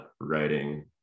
writing